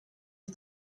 ich